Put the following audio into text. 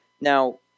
Now